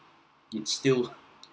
it's still